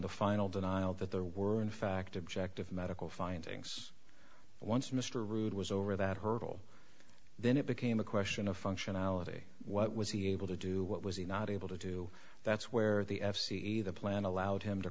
the final denial that there weren't in fact objective medical findings once mr rood was over that hurdle then it became a question of functionality what was he able to do what was he not able to do that's where the f c c the plan allowed him to